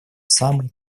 самой